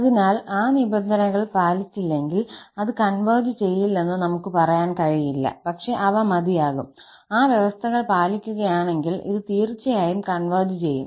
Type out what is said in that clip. അതിനാൽ ആ നിബന്ധനകൾ പാലിച്ചില്ലെങ്കിൽ അത് കൺവെർജ് ചെയില്ലെന്ന് നമുക് പറയാൻ കഴിയില്ല പക്ഷേ അവ മതിയാകും ആ വ്യവസ്ഥകൾ പാലിക്കുകയാണെങ്കിൽ ഇത് തീർച്ചയായും കൺവെർജ് ചെയ്യും